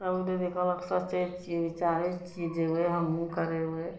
तब उ दीदी कहलक सोचय छियै विचार छियै जेबय हमहुँ करेबय